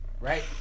Right